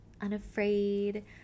unafraid